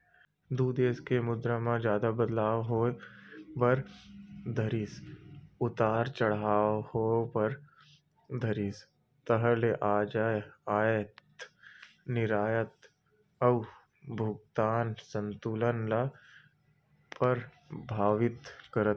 दू देस के मुद्रा म जादा बदलाव होय बर धरिस उतार चड़हाव होय बर धरिस ताहले अयात निरयात अउ भुगतान संतुलन ल परभाबित करथे